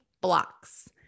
blocks